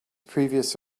previous